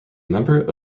member